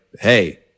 Hey